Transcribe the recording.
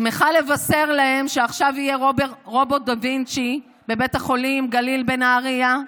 שמחה לבשר להם שעכשיו יהיה רובוט דה-וינצ'י בבית החולים גליל בנהריה.